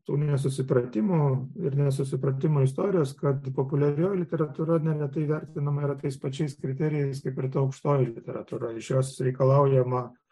tų nesusipratimų ir nesusipratimų istorijos kad populiarioji literatūra neretai vertinama yra tais pačiais kriterijais kaip ir ta aukštoji literatūra iš jos reikalaujama